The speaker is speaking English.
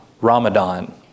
Ramadan